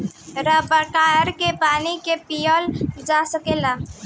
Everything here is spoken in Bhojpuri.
बरखा के पानी के पिअल जा सकेला